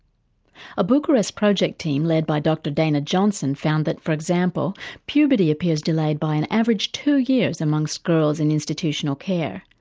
a bucharest project team led by dr dana johnson found that, for example, puberty appears delayed by an average two years among so girls in institutional care.